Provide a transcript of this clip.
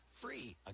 free